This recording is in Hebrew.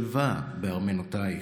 שלווה בארמנותיך.